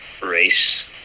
race